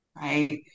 right